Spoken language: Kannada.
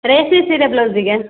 ರೇಷ್ಮೆ ಸೀರೆ ಬ್ಲೌಸಿಗೆ